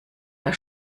der